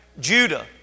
Judah